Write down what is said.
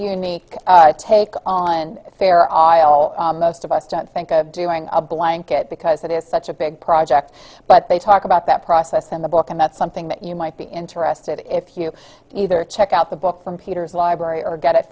unique take on a fair isle most of us don't think of doing a blanket because that is such a big project but they talk about that process in the book and that's something that you might be interested if you either check out the book from peter's library or get it